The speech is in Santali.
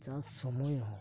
ᱪᱟᱥ ᱥᱳᱢᱳᱭ ᱦᱚᱸ